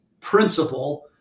principle